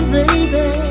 baby